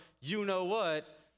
you-know-what